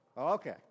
Okay